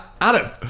Adam